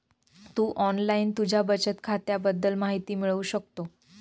तू online तुझ्या बचत खात्याबद्दल माहिती मिळवू शकतो